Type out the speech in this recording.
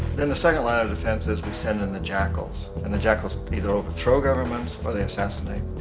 then the second line of defense is we send in the jackals. and the jackals either overthrow governments or they assassinate.